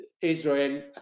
Israel